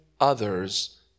others